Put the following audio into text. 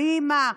ויהי מה.